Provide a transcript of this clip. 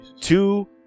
Two